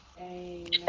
Amen